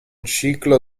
ciclo